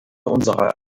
unserer